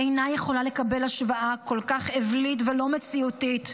היא אינה יכולה לקבל השוואה כל כך אווילית ולא מציאותית.